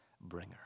bringer